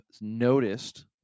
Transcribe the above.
noticed